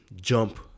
jump